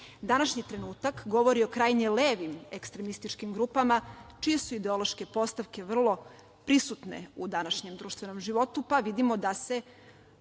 Današnji trenutak govori o krajnje levim ekstremističkim grupama, čije su ideološke postavke vrlo prisutne u današnjem društvenom životu, pa vidimo da se